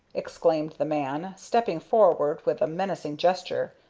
exclaimed the man, stepping forward with a menacing gesture.